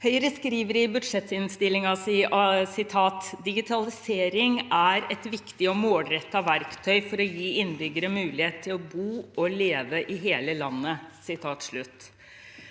Høyre skriver i budsjettinnstillingen at «digitalisering er et viktig og målrettet virkemiddel for å gi innbyggere mulighet til å bo og leve i hele landet».